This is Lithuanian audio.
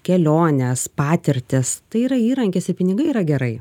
keliones patirtis tai yra įrankis ir pinigai yra gerai